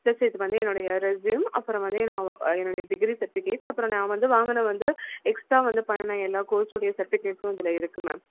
plus இது வந்து என்னுடைய ரெஸ்யூம் அப்புறம் வந்து நான் வ என்னுடைய டிகிரி செர்டிஃபிகேட்ஸ் அப்புறம் நான் வந்து வாங்கின வந்து எக்ஸ்ட்ரா வந்து பண்ணின எல்லா கோர்சுடைய செர்டிஃபிகேட்ஸும் இதில் இருக்குது மேம்